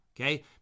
Okay